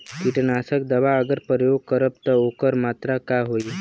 कीटनाशक दवा अगर प्रयोग करब त ओकर मात्रा का होई?